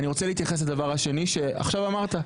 אני רוצה להתייחס לדבר השני שעכשיו אמרת,